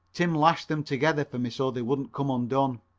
tim lashed them together for me so they wouldn't come undone.